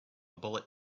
bullet